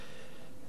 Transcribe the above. בבקשה, אדוני.